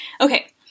Okay